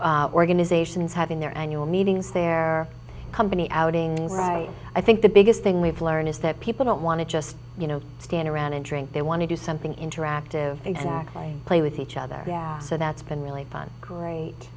parties organizations having their annual meetings their company outings right i think the biggest thing we've learned is that people don't want to just you know stand around and drink they want to do something interactive exactly play with each other yeah so that's been really fun great